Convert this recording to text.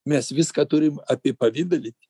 mes viską turim apipavidalinti